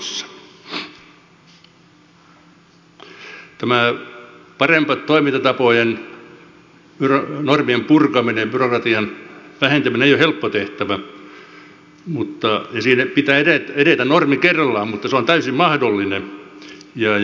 tämä toimintatapojen parantaminen normien purkaminen ja byrokratian vähentäminen ei ole helppo tehtävä ja siinä pitää edetä normi kerrallaan mutta se on täysin mahdollinen ja siihen meidän pitää hallitusta kannustaa